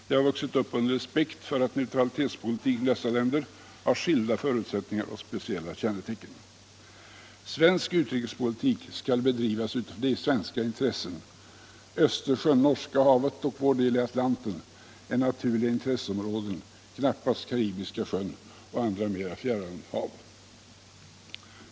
Det har vuxit upp under respekt för att neutralitetspolitiken i dessa länder har skilda förutsättningar och speciella kännetecken. Svensk utrikespolitik skall bedrivas med utgångspunkt i svenska intressen. Östersjön, Norska havet och vår del av Atlanten är naturliga intresseområden, knappast Karibiska sjön och andra mera fjärran hav.